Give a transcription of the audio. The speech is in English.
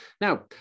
Now